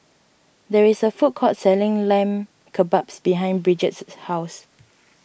there is a food court selling Lamb Kebabs behind Bridget says house